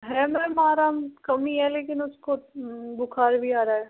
है मैम आराम कम ही है लेकिन उसको बुखार भी आ रहा है